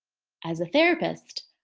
as a therapist,